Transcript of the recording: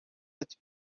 its